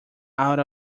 out